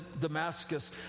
Damascus